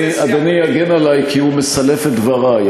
אדוני יגן עלי כי הוא מסלף את דברי.